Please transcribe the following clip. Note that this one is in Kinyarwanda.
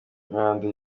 cy’umwanda